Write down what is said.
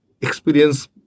experience